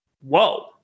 whoa